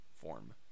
form